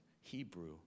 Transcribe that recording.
Hebrew